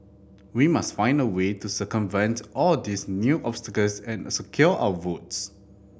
we must find a way to circumvent all these new obstacles and secure our votes